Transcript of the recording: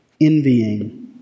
envying